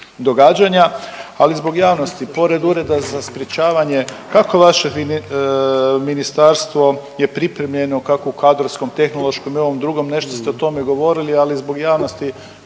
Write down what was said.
ali zbog javnosti, pored ureda za sprječavanje, kako vaše Ministarstvo je pripremljeno, kako u kadrovskom, tehnološkom i ovom drugom, nešto ste o tome govorili, ali zbog javnosti,